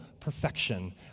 Perfection